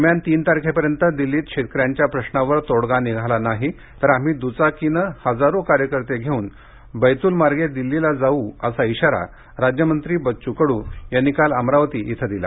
दरम्यान तीन तारखेपर्यंत दिल्लीत शेतकऱ्यांच्या प्रश्नावर तोडगा निघाला नाही तर आम्ही दुचाकीनं हजारो कार्यकर्ते घेऊन बैतुलमार्गे दिल्लीला जाऊ असा इशारा राज्यमंत्री बच्चू कडू यांनी काल अमरावतीत दिला